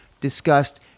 discussed